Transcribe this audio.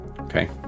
Okay